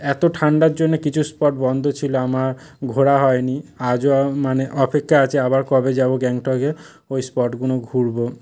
এত ঠান্ডার জন্যে কিছু স্পট বন্ধ ছিল আমার ঘোরা হয়নি আজও আমি মানে অপেক্ষায় আছি আবার কবে যাব গ্যাংটকে ওই স্পটগুলো ঘুরব